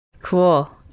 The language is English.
Cool